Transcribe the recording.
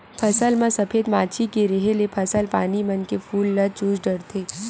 फसल म सफेद मांछी के रेहे ले फसल पानी मन के फूल ल चूस डरथे